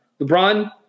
LeBron